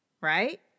right